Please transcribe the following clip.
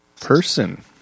person